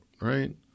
right